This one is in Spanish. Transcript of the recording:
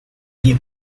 que